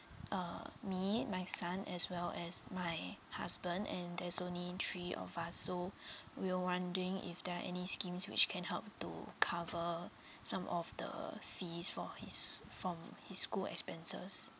uh me my son as well as my husband and there's only three of us so we were wondering if there are any schemes which can help to cover some of the fees for his from his school expenses